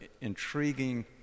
intriguing